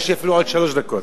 יש אפילו עוד שלוש דקות.